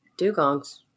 Dugongs